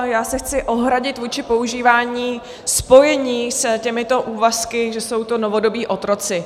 Já se chci ohradit vůči používání spojení s těmito úvazky, že jsou to novodobí otroci.